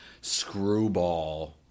screwball